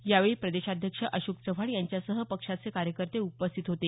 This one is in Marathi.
यावेळी प्रदेशाध्यक्ष अशोक चव्हाण यांच्यासह पक्षाचे कार्यकर्ते उपस्थित होते